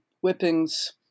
whippings